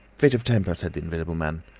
fit of temper, said the invisible man.